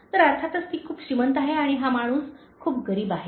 तर अर्थातच ती खूप श्रीमंत आहे आणि हा माणूस खूप गरीब आहे